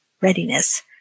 Readiness